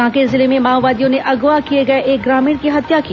कांकेर जिले में माओवादियों ने अगवा किए गए एक ग्रामीण की हत्या की